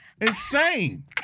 Insane